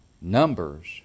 numbers